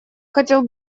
хотел